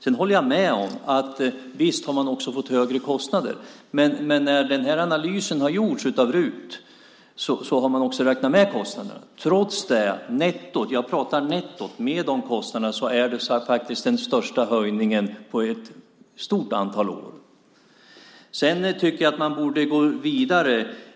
Sedan håller jag med om att man visst har fått högre kostnader också. Men när denna analys har gjorts av RUT har man också räknat med kostnaderna. Men trots dessa kostnader innebär detta netto den största höjningen under ett stort antal år. Jag tycker att man sedan borde gå vidare.